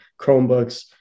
Chromebooks